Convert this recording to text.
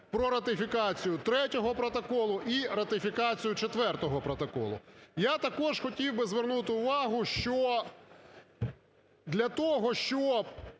про ратифікацію Третього протоколу і ратифікацію Четвертого протоколу. Я також хотів би звернути увагу, що для того, щоб